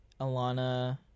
Alana